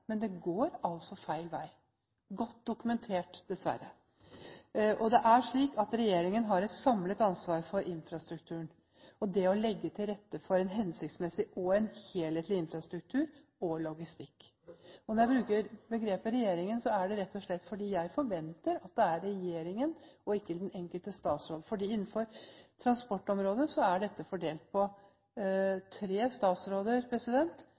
men det går altså feil vei – godt dokumentert, dessverre. Det er slik at regjeringen har et samlet ansvar for infrastrukturen og det å legge til rette for en hensiktsmessig og helhetlig infrastruktur og logistikk. Når jeg bruker begrepet «regjeringen», er det rett og slett fordi jeg forventer at det gjelder regjeringen og ikke den enkelte statsråd, for innenfor transportområdet er dette fordelt på tre statsråder